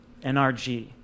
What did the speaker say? NRG